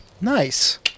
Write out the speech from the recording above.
Nice